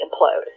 implode